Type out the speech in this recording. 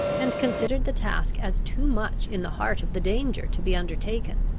and considered the task as too much in the heart of the danger to be undertaken.